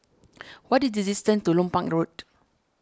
what is the distance to Lompang Road